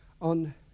on